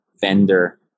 vendor